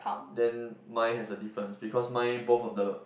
then mine has a difference because mine both of the